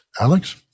alex